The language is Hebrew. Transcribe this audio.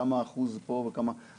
כמה אחוז פה וכמה אחוז פה.